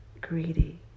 greedy